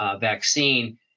vaccine